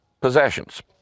possessions